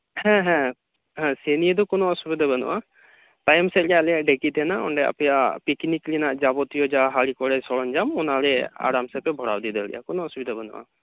ᱦᱮᱸ ᱦᱮᱸ ᱦᱮᱸ ᱥᱮ ᱱᱤᱭᱮ ᱫᱚ ᱠᱚᱱᱚ ᱚᱥᱩᱵᱤᱫᱟ ᱫᱚ ᱵᱟ ᱱᱩᱜᱼᱟ ᱛᱟᱭᱚᱢ ᱥᱮᱫ ᱜᱮ ᱟᱞᱮᱭᱟᱜ ᱰᱤᱠᱤ ᱢᱮᱱᱟᱜᱼᱟ ᱚᱸᱰᱮ ᱟᱯᱮᱭᱟᱜ ᱯᱤᱠᱱᱤᱠ ᱨᱮᱱᱟᱜ ᱡᱟᱵᱚᱛᱤᱭᱚ ᱡᱟ ᱦᱟᱹᱲᱤ ᱠᱚᱲᱟᱭ ᱥᱚᱨᱚᱧᱡᱟᱢ ᱚᱱᱟᱨᱮ ᱟᱨᱟᱢ ᱥᱮᱯᱮ ᱵᱷᱚᱨᱟᱣ ᱤᱫᱤ ᱫᱟᱲᱮᱭᱟᱜᱼᱟ ᱠᱚᱱᱚ ᱚᱥᱩᱵᱤᱫᱟ ᱵᱟᱹᱱᱩᱜᱼᱟ